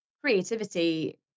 creativity